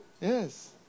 Yes